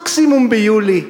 מקסימום ביולי.